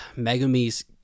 Megumi's